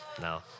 no